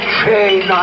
chain